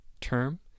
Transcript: term